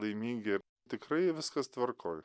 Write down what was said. laimingi tikrai viskas tvarkoj